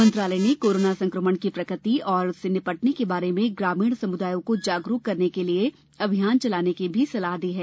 मंत्रालय ने कोरोना संक्रमण की प्रकृति और उससे निपटने के बारे में ग्रामीण समुदायों को जागरूक बनाने के लिए अभियान चलाने की भी सलाह दी है